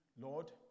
Lord